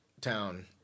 town